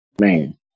man